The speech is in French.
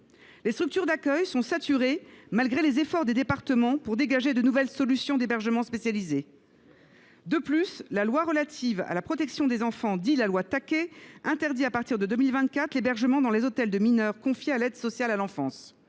Les structures d’accueil sont saturées, malgré les efforts des départements pour dégager de nouvelles solutions d’hébergement spécialisé. De plus, la loi relative à la protection des enfants, dite loi Taquet, interdit à partir de 2024 l’hébergement dans des hôtels de mineurs confiés à l’aide sociale à l’enfance